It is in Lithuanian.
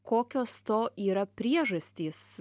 kokios to yra priežastys